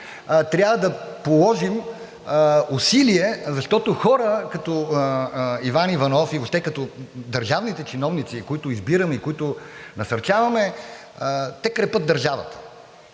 трябва да положим усилия, защото хора като Иван Иванов и въобще като държавните чиновници, които избираме и които насърчаваме, те крепят държавата.